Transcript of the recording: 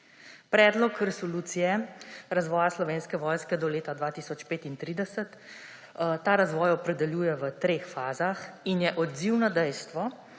Predlog resolucije razvoja Slovenske vojske do leta 2035 ta razvoj opredeljuje v treh fazah in je odziv na dejstvo,